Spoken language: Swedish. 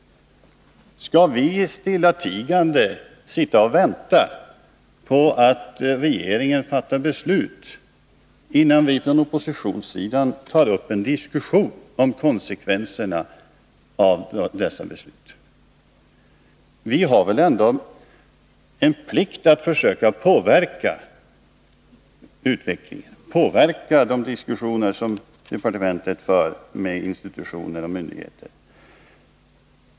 Skall vi stillatigande vänta på att regeringen fattar beslut, innan vi från oppositionssidan tar upp en diskussion om konsekvenserna av dessa beslut? Vi har väl ändå en plikt att försöka påverka utvecklingen, att påverka de diskussioner som departementet för med institutioner och myndigheter!